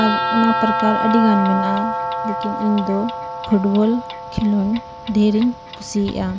ᱟᱨ ᱚᱱᱟ ᱯᱨᱚᱠᱟᱨ ᱟᱹᱰᱤ ᱜᱟᱱ ᱢᱮᱱᱟᱜᱼᱟ ᱞᱤᱠᱤᱱ ᱤᱧᱫᱚ ᱯᱷᱩᱴᱵᱚᱞ ᱠᱷᱮᱞᱚᱸᱰ ᱰᱷᱮᱨᱤᱧ ᱠᱩᱥᱤᱭᱟᱜᱼᱟ